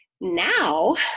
now